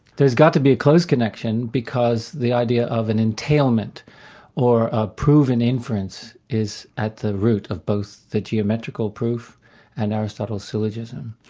there's got to be a close connection, because the idea of an entailment or a proven inference is at the root of both the geometrical proof and aristotle's syllogism.